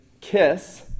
KISS